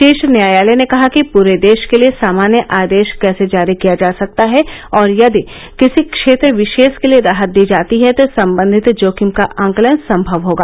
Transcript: शीर्ष न्यायालय ने कहा कि पूरे देश के लिए सामान्य आदेश कैसे जारी किया जा सकता है और यदि किसी क्षेत्र विशेष के लिए राहत दी जाती है तो संबंधित जोखिम का आकलन सम्भव होगा